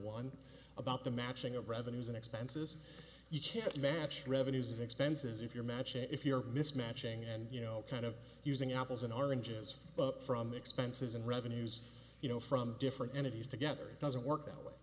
one about the matching of revenues and expenses you can't match revenues expenses if you're matching if you're mismatching and you know kind of using apples and oranges from expenses and revenues you know from different entities together it doesn't work that way